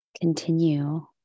continue